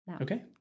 Okay